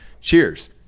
Cheers